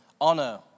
Honor